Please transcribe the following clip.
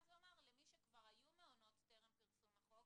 ואז הוא אמר למי שכבר היו מעונות טרם פרסום החוק